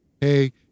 Hey